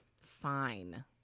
Fine